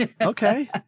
okay